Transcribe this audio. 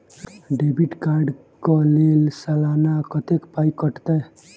Debit card कऽ लेल सलाना कत्तेक पाई कटतै?